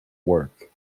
work